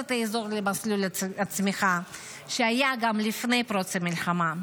את האזור למסלול הצמיחה שהיה לפני פרוץ המלחמה.